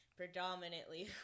predominantly